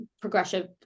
progressive